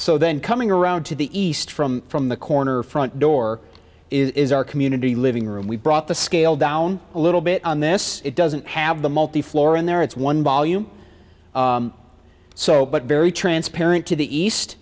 so then coming around to the east from from the corner front door is our community living room we brought the scale down a little bit on this it doesn't have the multi floor in there it's one volume so but very transparent to the east